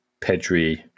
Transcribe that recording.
pedri